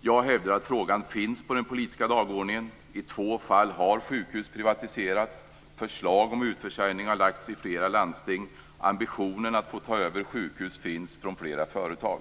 Jag hävdar att frågan finns på den politiska dagordningen. I två fall har sjukhus privatiserats. Förslag om utförsäljning har lagts fram i flera landsting. Ambitionen att få ta över sjukhus finns från flera företag.